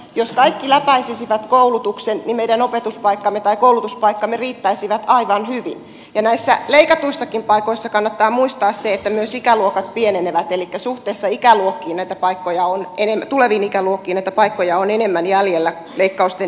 jos kaikki läpäisisivät koulutuksen niin meidän opetuspaikkamme tai koulutuspaikkamme riittäisivät aivan hyvin ja näissä leikatuissakin paikoissa kannattaa muistaa se että myös ikäluokat pienenevät elikkä suhteessa ikäluokkiin näitä paikkoja on kenelle tuleviin ikäluokkiin näitä paikkoja on enemmän jäljellä leikkausten jälkeenkin